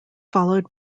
followed